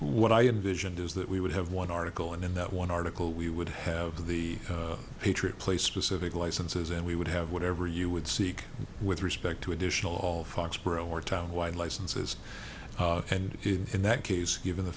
what i envisioned is that we would have one article and in that one article we would have the patriot place specific licenses and we would have whatever you would seek with respect to additional all foxborough or town wide licenses and in that case given the